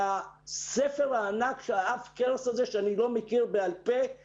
בספר הענק שאני לא מכיר בעל פה כדי